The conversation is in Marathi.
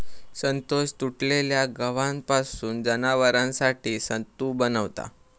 संतोष तुटलेल्या गव्हापासून जनावरांसाठी सत्तू बनवता